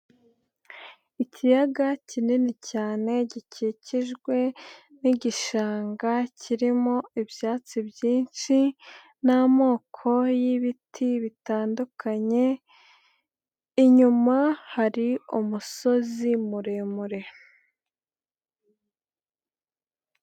Ikiyaga kinini cyane, gikikijwe n'igishanga kirimo ibyatsi byinshi n'amoko y'ibiti bitandukanye, inyuma hari umusozi muremure.